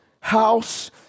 house